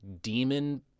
demon